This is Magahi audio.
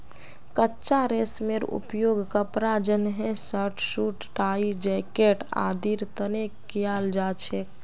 कच्चा रेशमेर उपयोग कपड़ा जंनहे शर्ट, सूट, टाई, जैकेट आदिर तने कियाल जा छे